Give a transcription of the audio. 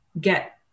get